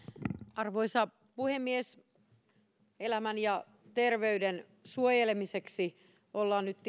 arvoisa puhemies elämän ja terveyden suojelemiseksi ollaan nyt tilanteessa